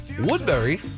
Woodbury